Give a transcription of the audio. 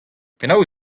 penaos